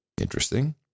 Interesting